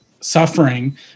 suffering